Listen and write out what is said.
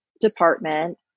department